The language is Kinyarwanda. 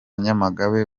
nyamagabe